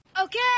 Okay